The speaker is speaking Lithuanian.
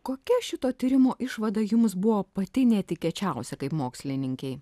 kokia šito tyrimo išvada jums buvo pati netikėčiausia kaip mokslininkei